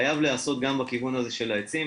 חייב להיעשות גם בכיוון הזה של העצים,